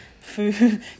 food